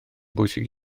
bwysig